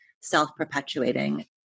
self-perpetuating